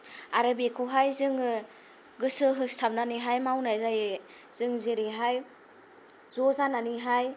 आरो बेखौहाय जोङो गोसो होसाबनानैहाय मावनाय जायो जों जेरैहाय ज' जानानैहाय